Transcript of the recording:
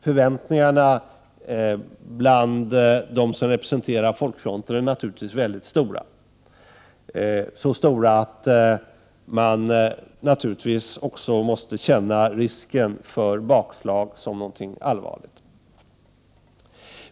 Förväntningarna bland dem som representerar folkfronter är väldigt stora, så stora att man naturligtvis också måste uppleva risken för bakslag som någonting allvarligt.